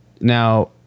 Now